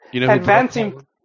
advancing